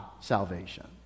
salvation